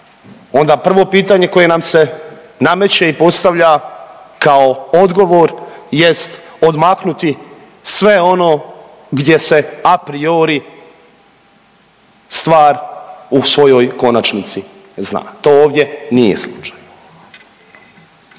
onda prvo pitanje koje nam se nameće i postavlja ako odgovor jest odmaknuti sve ono gdje se apriori stvar u svojoj konačnici zna. To ovdje nije slučaj.